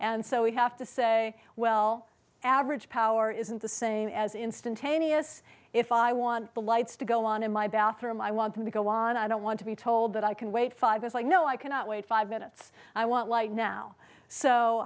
and so we have to say well average power isn't the same as instantaneous if i want the lights to go on in my bathroom i want them to go on i don't want to be told that i can wait five years like no i cannot wait five minutes i want light now so